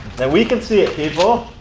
that we can see it people.